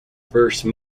verse